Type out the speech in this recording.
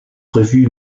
revue